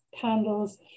candles